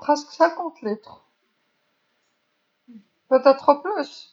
تقريبا خمسون ليتر، ممكن أكثر.